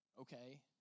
okay